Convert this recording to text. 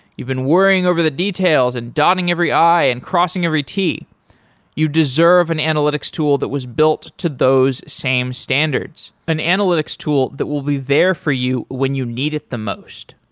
you've been worrying over the details and dotting every i and crossing every t you deserve an analytics tool that was built to those same standards, an analytics tool that will be there for you when you need it the most.